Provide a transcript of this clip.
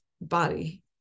body